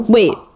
Wait